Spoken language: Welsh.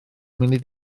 munud